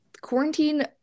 quarantine-